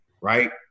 right